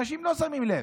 האנשים לא שמים לב.